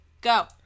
Go